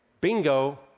Bingo